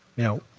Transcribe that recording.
you know,